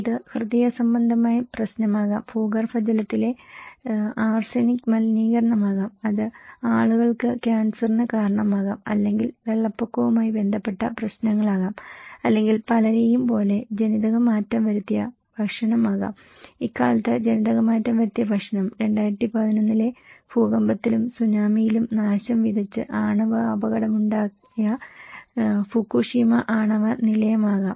ഇത് ഹൃദയസംബന്ധമായ പ്രശ്നമാകാം ഭൂഗർഭജലത്തിലെ ആർസെനിക് മലിനീകരണമാകാം അത് ആളുകൾക്ക് ക്യാൻസറിന് കാരണമാകാം അല്ലെങ്കിൽ വെള്ളപ്പൊക്കവുമായി ബന്ധപ്പെട്ട പ്രശ്നങ്ങളാകാം അല്ലെങ്കിൽ പലരെയും പോലെ ജനിതകമാറ്റം വരുത്തിയ ഭക്ഷണമാകാം ഇക്കാലത്ത് ജനിതകമാറ്റം വരുത്തിയ ഭക്ഷണം 2011 ലെ ഭൂകമ്പത്തിലും സുനാമിയിലും നാശം വിതച്ച് ആണവ അപകടമുണ്ടായ ഫുകുഷിമ ആണവ നിലയമാകാം